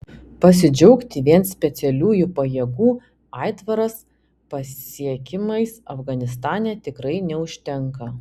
pasidžiaugti vien specialiųjų pajėgų aitvaras pasiekimais afganistane tikrai neužtenka